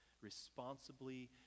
responsibly